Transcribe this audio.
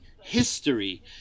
history